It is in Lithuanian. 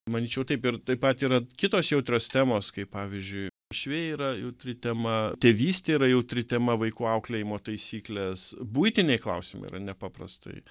manyčiau taip ir taip pat yra kitos jautrios temos kaip pavyzdžiui uošviai yra jautri tema tėvystė yra jautri tema vaikų auklėjimo taisyklės buitiniai klausimai yra nepaprastai